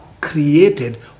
created